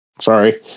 sorry